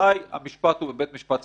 מתי המשפט הוא בבית משפט צבאי.